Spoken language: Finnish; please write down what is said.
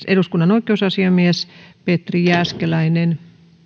eduskunnan oikeusasiamies petri jääskeläinen